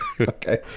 Okay